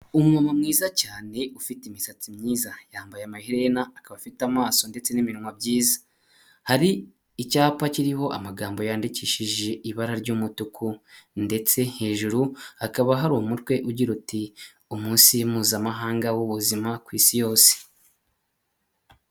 Umuntu mwiza cyane ufite imisatsi myiza, yambaye amaherena akaba afite amaso ndetse n'iminwa byiza, hari icyapa kiriho amagambo yandikishije ibara ry'umutuku ndetse hejuru hakaba hari umutwe ugira uti umunsi mpuzamahanga w'ubuzima ku isi yose.